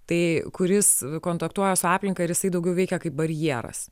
tai kuris kontaktuoja su aplinka ir jisai daugiau veikia kaip barjeras